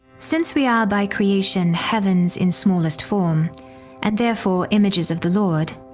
since we are by creation heavens in smallest form and therefore images of the lord,